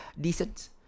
decent